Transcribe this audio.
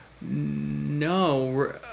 No